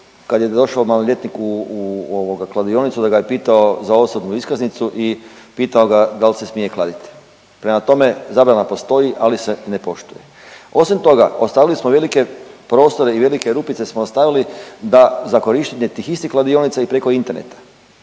kad je došao maloljetnik u kladionicu da ga je pitao za osobnu iskaznicu i pitao ga dal' se smije kladiti. Prema tome, zabrana postoji ali se ne poštuje. Osim toga, ostavili smo velike prostore i velike rupice smo ostavili za korištenje tih istih kladionica i preko interneta.